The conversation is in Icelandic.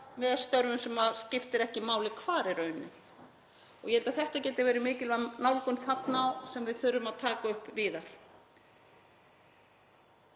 með störfum sem skiptir ekki máli hvar eru í rauninni. Ég held að þetta geti verið mikilvæg nálgun þarna sem við þurfum að taka upp víðar.